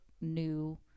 new